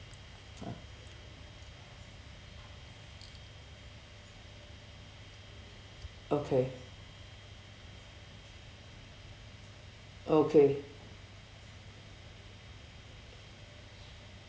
okay okay